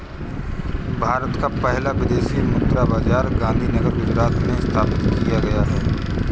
भारत का पहला विदेशी मुद्रा बाजार गांधीनगर गुजरात में स्थापित किया गया है